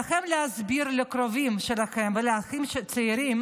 עליכם להסביר לקרובים שלכם ולאחים הצעירים